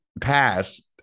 passed